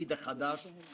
עוד לא פגשתי